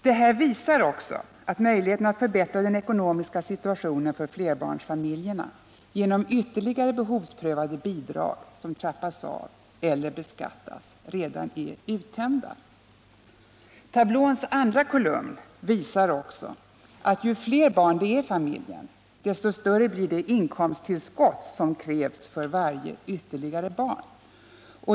Detta torde visa att möjligheten att förbättra den ekonomiska situationen för flerbarnsfamiljer genom ytterligare behovsprövade bostadsbidrag eller andra bidrag som trappas av eller beskattas redan är uttömda. Tablåns andra kolumn visar att ju flera barn som finns i familjen, desto större blir det inkomsttillskott som krävs för varje ytterligare barn.